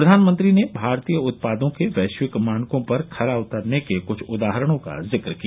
प्रधानमंत्री ने भारतीय उत्पादों के वैश्विक मानकों पर खरा उतरने के कुछ उदाहरणों का जिक्र किया